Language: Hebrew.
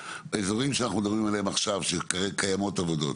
באזורים שאנחנו מדברים עליהם עכשיו שקיימות עבודות